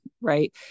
right